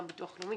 גם הביטוח הלאומי,